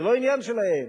זה לא עניין שלהם.